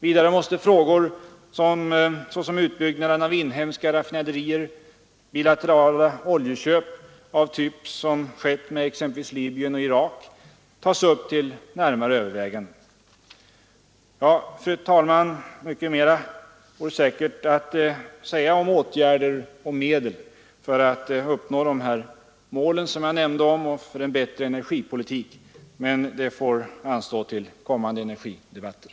Vidare måste sådana frågor som utbyggnaden av inhemska raffinaderier och bilaterala oljeköp av den typ som skett från exempelvis Libyen och Irak tas upp till närmare överväganden. Ja, fru talman, mycket mer vore att säga om åtgärder och medel för att uppnå de mål som jag här har nämnt och för att nå en bättre energipolitik, men det får anstå till kommande energidebatter.